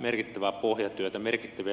merkittävää pohjatyötä merkittäviä linjauksia tulevaa hallituskautta varten